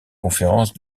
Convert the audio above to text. conférence